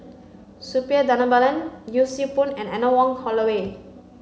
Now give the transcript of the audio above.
Suppiah Dhanabalan Yee Siew Pun and Anne Wong Holloway